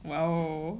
!wow!